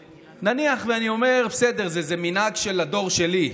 נניח, אני אומר, בסדר, זה מנהג של הדור שלי.